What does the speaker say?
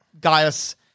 Gaius